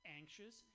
anxious